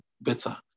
better